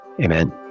Amen